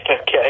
Okay